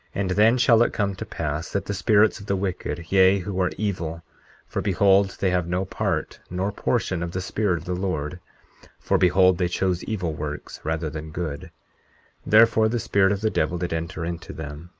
and then shall it come to pass, that the spirits of the wicked, yea, who are evil for behold, they have no part nor portion of the spirit of the lord for behold, they chose evil works rather than good therefore the spirit of the devil did enter into them,